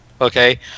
Okay